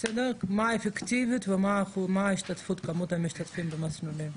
מה האפקטיביות ומה כמות המשתתפים במסלולים.